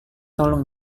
tolong